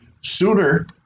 Sooner